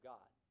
God